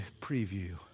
preview